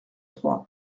trois